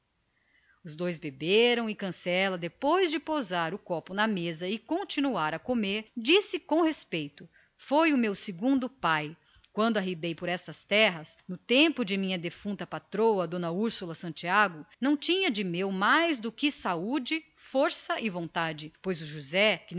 os três beberam e cancela depois de pousar o copo vazio acrescentou com respeito limpando a boca nas costas da mão foi um meu segundo pai quando arribei por estas terras no tempo da minha defunta patroa d úrsula santiago não tinha de meu mais do que saúde força e boa vontade pois o josé